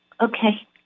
Okay